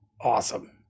awesome